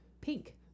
Pink